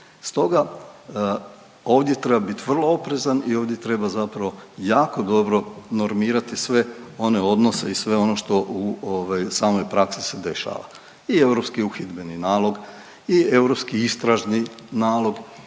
Stoga ovdje treba biti vrlo oprezan i ovdje treba jako dobro normirati sve one odnose i sve ono što u samoj praksi se dešava i Europski uhidbeni nalog i Europski istražni nalog